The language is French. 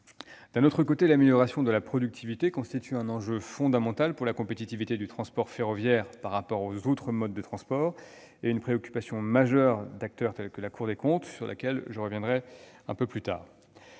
Par ailleurs, l'amélioration de la productivité constitue un enjeu fondamental pour la compétitivité du transport ferroviaire par rapport aux autres modes de transport et une préoccupation majeure d'acteurs tels que la Cour des comptes, préoccupation sur laquelle je reviendrai plus tard.